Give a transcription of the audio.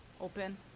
Open